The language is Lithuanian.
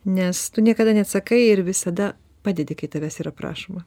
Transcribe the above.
nes tu niekada neatsakai ir visada padedi kai tavęs yra prašoma